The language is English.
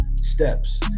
steps